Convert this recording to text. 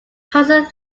passes